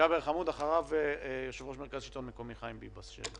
ג'אבר חמוד ואחריו יושב-ראש מרכז השלטון המקומי חיים ביבס.